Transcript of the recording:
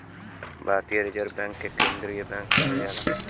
भारतीय reserve bank के केन्द्रीय बैंक कहल जाला